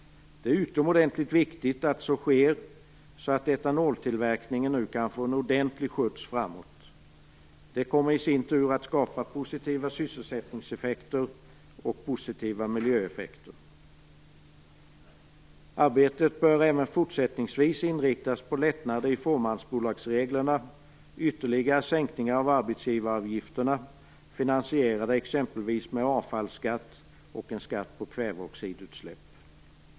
Det är utomordentligt viktigt att så sker, så att etanoltillverkningen nu kan få en ordentlig skjuts framåt. Det kommer att skapa positiva sysselsättningseffekter och positiva miljöeffekter. Arbetet bör även fortsättningsvis inriktas på lättnader i fåmansbolagsreglerna, på ytterligare sänkningar av arbetsgivaravgifterna finansierade exempelvis med avfallsskatt och på en skatt på kväveoxidutsläpp.